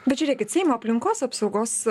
bet žiūrėkit seimo aplinkos apsaugos